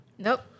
Nope